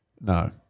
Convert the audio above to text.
No